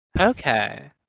Okay